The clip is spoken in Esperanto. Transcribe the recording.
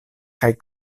kaj